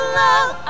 love